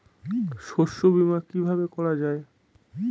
শস্য বীমা কিভাবে করা যায়?